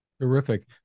Terrific